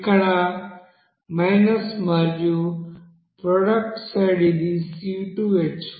ఇక్కడ మరియు product side ఇది C2H4